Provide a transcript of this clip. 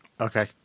Okay